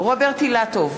רוברט אילטוב,